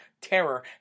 terror